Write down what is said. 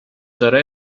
داره